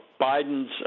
Biden's